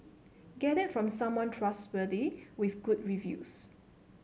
get it from someone trustworthy with good reviews